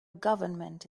government